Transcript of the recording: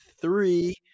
three